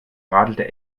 radelte